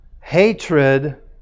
hatred